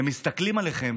הם מסתכלים עליכם